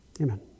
Amen